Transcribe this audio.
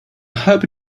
hope